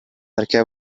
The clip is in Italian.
perché